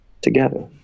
together